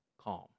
calm